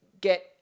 get